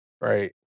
Right